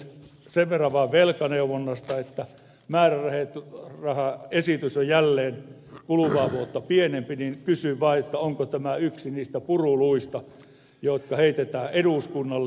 sen verran vain velkaneuvonnasta että kun määrärahaesitys on jälleen kuluvaa vuotta pienempi kysyn vaan onko tämä yksi niistä puruluista jotka heitetään eduskunnalle